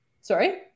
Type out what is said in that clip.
Sorry